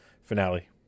finale